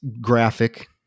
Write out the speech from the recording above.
graphic